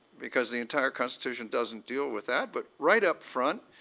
because the entire constitution doesn't deal with that. but right upfront,